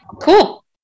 Cool